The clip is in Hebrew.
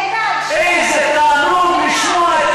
איתן, שני בנים שלי, איזה תענוג לשמוע את